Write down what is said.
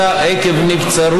חברת הכנסת ענת ברקו,